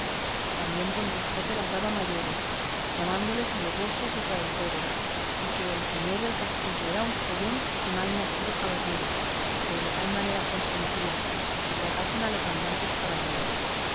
también don quijote las daba mayores llamándolos de alevosos y traidores y que el señor del castillo era un follón y mal nacido caballero pues de tal manera consentía que se tratasen los andantes caballeros